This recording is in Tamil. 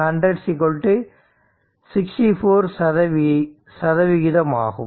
4 100 64 சதவிகிதமாகும்